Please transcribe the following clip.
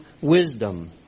wisdom